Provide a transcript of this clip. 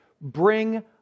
bring